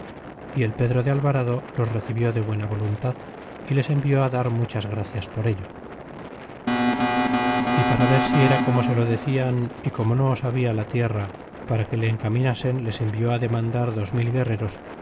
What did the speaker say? y el pedro de alvarado los recibió de buena voluntad y les envió á dar muchas gracias por ello y para ver si era como se lo decian y como no sabia la tierra para que le encaminasen les envió á demandar dos mil guerreros